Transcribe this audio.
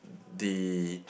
the